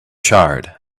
charred